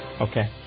Okay